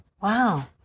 Wow